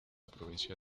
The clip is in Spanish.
provincia